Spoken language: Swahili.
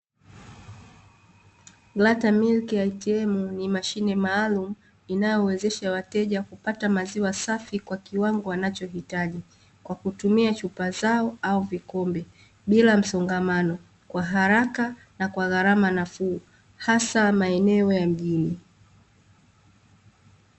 Glata Milk Atm, ni mashine maalum inayowezesha wateja kupata maziwa safi kwa kiwango wanachohitaji, kwa kutumia chupa zao au vikombe bila msongamano kwa haraka na kwa gharama nafuu, hasa maeneo ya mjini.